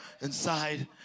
Inside